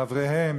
חבריהם,